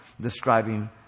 describing